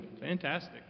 Fantastic